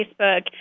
Facebook